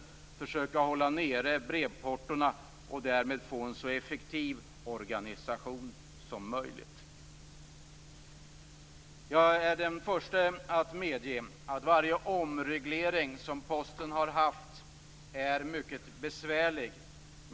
Man kan försöka hålla nere brevportona och få en så effektiv organisation som möjligt. Jag är den förste att medge att varje omreglering som Posten har haft har varit mycket besvärlig.